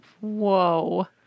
whoa